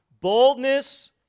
boldness